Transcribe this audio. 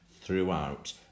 throughout